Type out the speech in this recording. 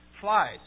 flies